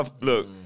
look